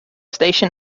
station